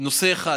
נושא אחד.